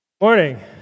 Morning